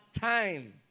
time